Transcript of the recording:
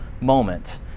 moment